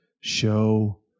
show